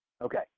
okay